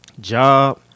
job